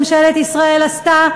מה ממשלת ישראל עשתה?